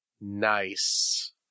Nice